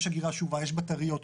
יש אגירה שאובה, יש בטריות.